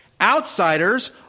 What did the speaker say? Outsiders